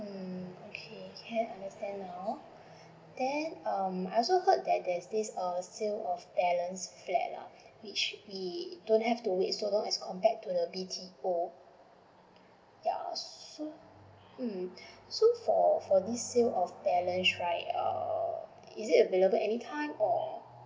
mm okay can understand now then um I also heard that there's this err sales of balance flat ah which we don't have to wait so long compared to the B_T_O yeah so yeah hmm so for for this sale of balance right err is it available anytime or